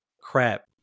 crap